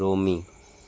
रोम